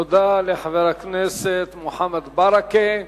תודה לחבר הכנסת מוחמד ברכה.